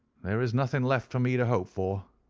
there is nothing left for me to hope for,